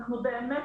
בבקשה.